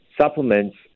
supplements